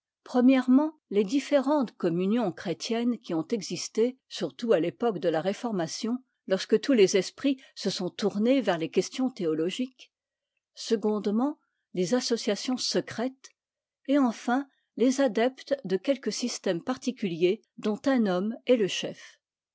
les différentes communions chrétiennes qui ont existé surtout à f époque de la réformation lorsque tous les esprits se sont tournés vers les questions théotogiques secondement les associations secrètes et enfin les adeptes de quelques systèmes particuliers dont un homme est le chef